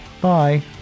Bye